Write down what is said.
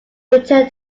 returned